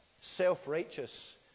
self-righteous